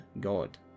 god